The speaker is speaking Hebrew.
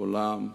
כולם,